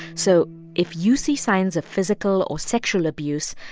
so if you see signs of physical or sexual abuse,